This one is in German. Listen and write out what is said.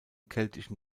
keltischen